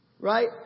right